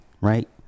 right